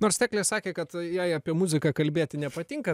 nors teklė sakė kad jai apie muziką kalbėti nepatinka